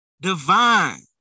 divine